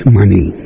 money